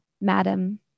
Madam